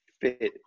fit